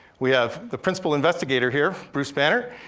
we have the principal investigator here, bruce banerdt,